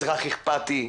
אזרח אכפתי,